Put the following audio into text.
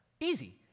Easy